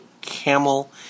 camel